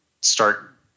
start